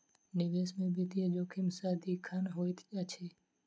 निवेश में वित्तीय जोखिम सदिखन होइत अछि